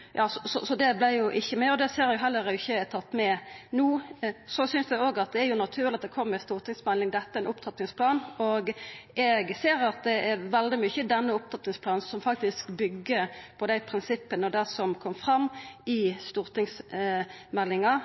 heller ikkje er teke med no. Så synest eg òg at det er naturleg at det kom ei stortingsmelding – dette er ei opptrappingsplan – og eg ser at det er veldig mykje i denne opptrappingsplanen som faktisk byggjer på dei prinsippa og det som kom fram i stortingsmeldinga.